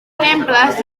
temples